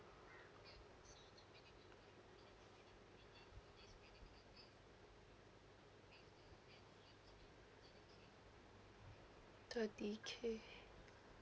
thirty K